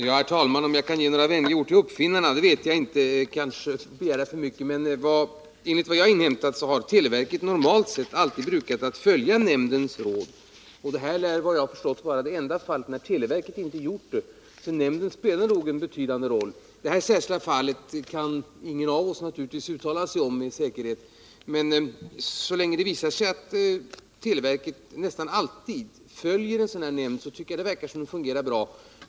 Herr talman! Om jag kan säga några vänliga ord till uppfinnarna vet jag inte — det är kanske att begära för mycket. Men enligt vad jag har inhämtat har televerket normalt sett alltid brukat följa nämndens råd. Detta lär vara det enda fall när televerket inte gjort det, så nämnden spelar nog en betydande roll. Det här särskilda fallet kan naturligtvis ingen av oss uttala sig om med säkerhet. Men så länge televerket nästan alltid följer nämnden, tycker jag det verkar som om det fungerar bra.